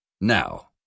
Now